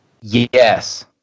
Yes